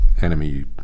enemy